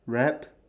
rap